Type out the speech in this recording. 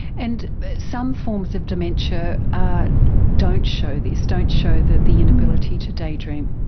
and some forms of dementia don't show this, don't show the the inability to daydream.